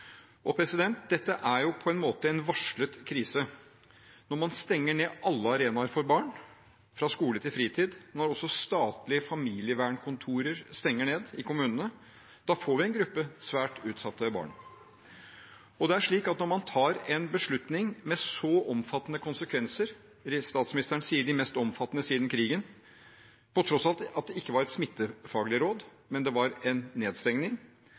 Dette er på en måte en varslet krise. Når man stenger ned alle arenaer for barn, fra skole til fritid, og når også statlige familievernkontorer i kommunene stenger ned, får vi en gruppe svært utsatte barn. Når man tar en beslutning med så omfattende konsekvenser – statsministeren sier de mest omfattende siden krigen – på tross av at det ikke var et smittefaglig råd, men det var en nedstengning,